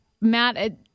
matt